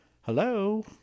Hello